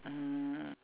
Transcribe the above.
mm